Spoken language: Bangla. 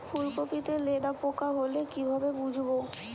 ফুলকপিতে লেদা পোকা হলে কি ভাবে বুঝবো?